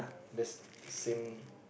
that's same